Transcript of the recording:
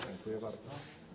Dziękuję bardzo.